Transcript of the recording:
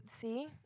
see